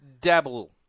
dabble